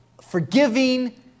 forgiving